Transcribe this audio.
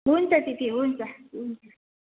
हुन्छ दिदी हुन्छ हुन्छ